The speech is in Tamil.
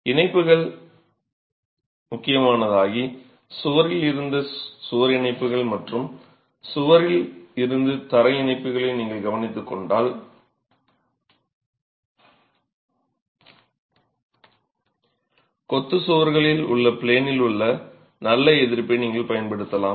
இணைப்புகள் முக்கியமானதாகி சுவரில் இருந்து சுவர் இணைப்புகள் மற்றும் சுவரில் இருந்து தரை இணைப்புகளை நீங்கள் கவனித்துக் கொண்டால் கொத்துச் சுவர்களில் உள்ள ப்ளேனில் உள்ள நல்ல எதிர்ப்பை நீங்கள் பயன்படுத்தலாம்